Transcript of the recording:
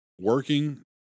Working